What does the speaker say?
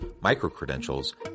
micro-credentials